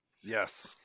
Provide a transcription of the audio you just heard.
Yes